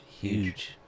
huge